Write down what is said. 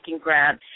Grant